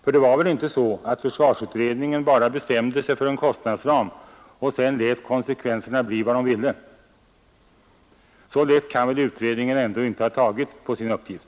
För det var väl inte så att försvarsutredningen bara bestämde sig för en kostnadsram och lät konsekvenserna bli vilka de ville? Så lätt kan väl utredningen ändå inte ha tagit på sin uppgift!